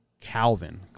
Calvin